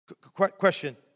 Question